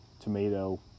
tomato